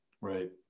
Right